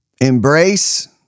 embrace